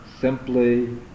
simply